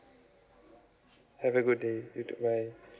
have a good day you too bye